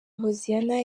hoziyana